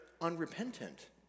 unrepentant